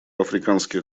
африканских